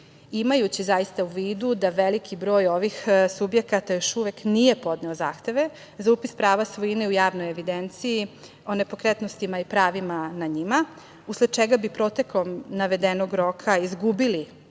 imajući zaista u vidu da veliki broj ovih subjekata još uvek nije podneo zahteve za upis prava svojine u javnoj evidenciji o nepokretnostima i pravima nad njima, usled čega bi protekom navedenog roka izgubili